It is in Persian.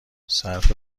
صرف